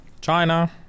China